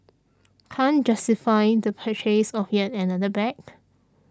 can't justify the purchase of yet another bag